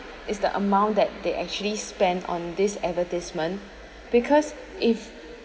is the amount that they actually spent on this advertisement because if